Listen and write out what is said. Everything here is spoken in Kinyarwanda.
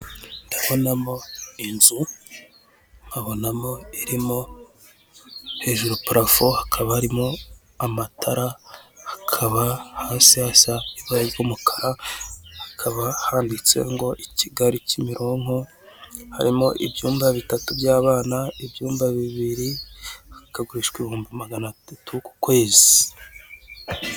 Ndabonamo inzu, nkabonamo irimo hejuru parafo, hakaba harimo amatara hakaba hasi hasa ibara ry'umukara, hakaba handitse ngo Kigali Kimironko, harimo ibyumba bitatu by'abana, ibyumba bibiri, hakagurishwa ibihumbi magana atatu ku kwezi.